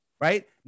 Right